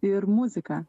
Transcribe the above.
ir muzika